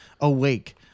awake